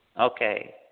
Okay